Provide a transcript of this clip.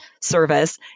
service